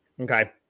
Okay